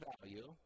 value